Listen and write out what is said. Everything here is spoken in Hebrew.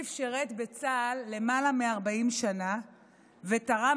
אביב שירת בצה"ל למעלה מ-40 שנה ותרם